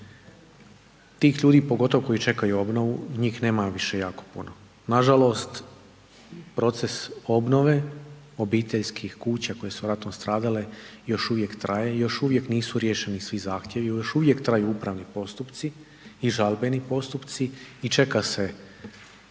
tih ljudi pogotovo koji čekaju obnovu njih nema više jako puno. Nažalost, proces obnove obiteljskih kuća koje su ratom stradale još uvijek traje i još uvijek nisu riješeni svi zahtjevi i još uvijek traju upravni postupci i žalbeni postupci i čeka se